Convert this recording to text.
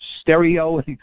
stereo